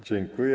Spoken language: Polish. Dziękuję.